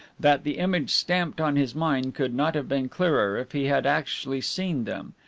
that the image stamped on his mind could not have been clearer if he had actually seen them,